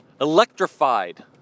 electrified